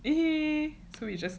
so you just